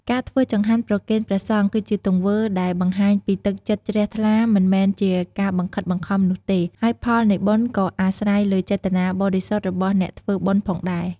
ការធ្វើចង្ហាន់ប្រគេនព្រះសង្ឃ គឺជាទង្វើដែលបង្ហាញពីទឹកចិត្តជ្រះថ្លា មិនមែនជាការបង្ខិតបង្ខំនោះទេ ហើយផលនៃបុណ្យក៏អាស្រ័យលើចេតនាបរិសុទ្ធរបស់អ្នកធ្វើបុណ្យផងដែរ។